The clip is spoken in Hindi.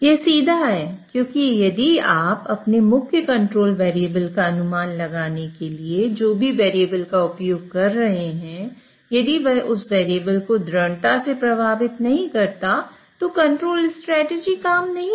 यह सीधा है क्योंकि यदि आप अपने मुख्य कंट्रोल वेरिएबल का अनुमान लगाने के लिए जो भी वेरिएबल का उपयोग कर रहे हैं यदि वह उस वेरिएबल को दृढ़ता से प्रभावित नहीं करता है तो कंट्रोल स्ट्रेटजी काम नहीं करेगी